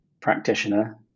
practitioner